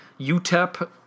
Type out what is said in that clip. UTEP